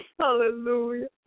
Hallelujah